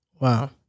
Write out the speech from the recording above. Wow